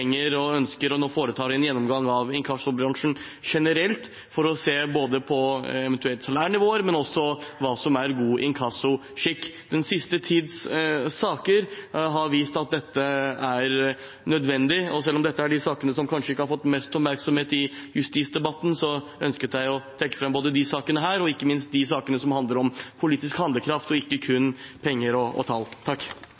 trenger og ønsker – og nå foretar – en gjennomgang av inkassobransjen generelt for eventuelt å se på salærnivået, men også å se på hva som er god inkassoskikk. Den siste tids saker har vist at dette er nødvendig. Selv om dette er saker som kanskje ikke har fått mest oppmerksomhet i justisdebatten, ønsket jeg å trekke fram disse og ikke minst de sakene som handler om politisk handlekraft og ikke